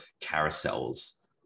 carousels